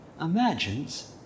imagines